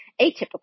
atypical